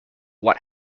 what